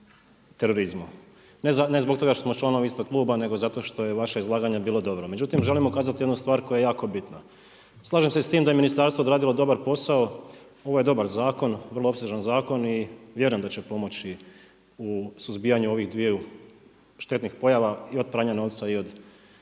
Ne zbog toga što smo članovi istog kluba, nego zato što je vaše izlaganje bilo dobro. Međutim, želim ukazati na jednu stvar koja je jako bitna. Slažem se s tim da je ministarstvo odradilo dobar posao. Ovo je dobar zakon, vrlo opsežan zakon i vjerujem da će pomoći u suzbijanju ovih dviju štetnih pojava i od pranja novca i od pojave